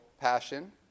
passion